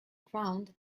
ground